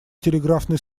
телеграфный